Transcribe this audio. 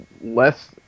less